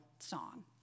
song